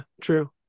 true